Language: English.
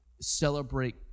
celebrate